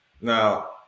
Now